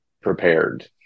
prepared